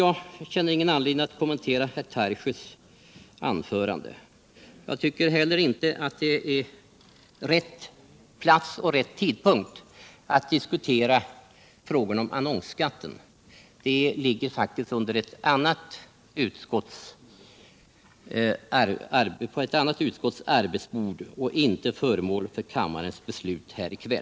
Jag känner ingen anledning att kommentera herr Tarschys anförande. Jag tycker heller inte att det är rätt plats och rätt tidpunkt att diskutera frågor om annonsskatten. Den frågan ligger faktiskt på ett annat utskotts arbetsbord och är inte föremål för kammarens beslut nu.